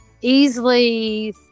Easily